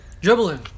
Dribbling